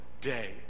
day